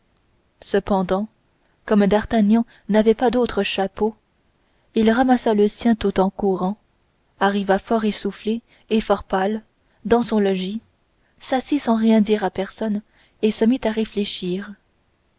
cependant comme d'artagnan n'avait pas d'autre chapeau il ramassa le sien tout en courant arriva fort essoufflé et fort pâle dans son logis s'assit sans rien dire à personne et se mit à réfléchir